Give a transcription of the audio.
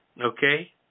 okay